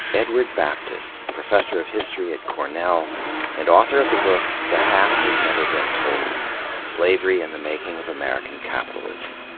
edward baptist, professor of history at cornell and author of the book, the half has never been told slavery and the making of american capitalism.